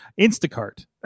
Instacart